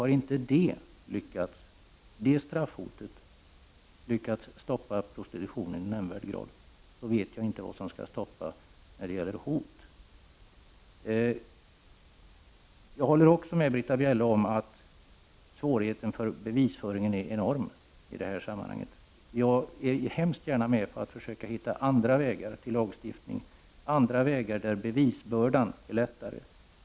När inte dessa sjukdomar har kunnat stoppa prostitutionen, då vet jag inte vad som skall kunna stoppa den. Jag håller med Britta Bjelle om att svårigheterna med bevisföringen blir enorma med en lag som kriminaliserar prostitutionskontakter. Jag ställer gärna upp på att försöka finna andra vägar till lagstiftning där bevisföringen är lättare.